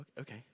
okay